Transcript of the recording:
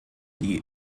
die